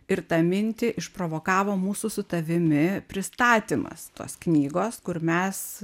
ir tą mintį išprovokavo mūsų su tavimi pristatymas tos knygos kur mes